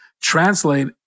translate